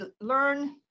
learn